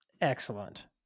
excellent